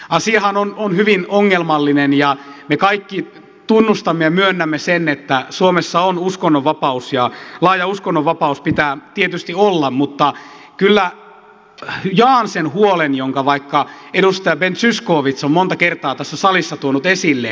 asiahan on hyvin ongelmallinen ja me kaikki tunnustamme ja myönnämme sen että suomessa on uskonnonvapaus ja laaja uskonnonvapaus pitää tietysti olla mutta kyllä jaan sen huolen jonka vaikka edustaja ben zyskowicz on monta kertaa tässä salissa tuonut esille